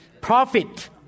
Profit